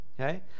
okay